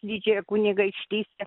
didžiąja kunigaikštyste